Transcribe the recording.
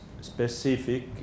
specific